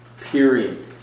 Period